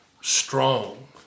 strong